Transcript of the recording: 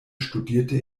studierte